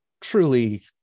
truly